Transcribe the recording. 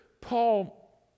Paul